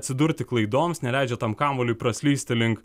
atsidurti klaidoms neleidžia tam kamuoliui praslysti link